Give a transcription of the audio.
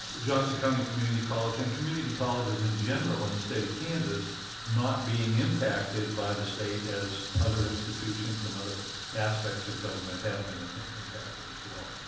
johnson county community college and community colleges in general in the state of kansas not being impacted by the state as other institutions and other aspects of government have been impacted as well.